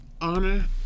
honor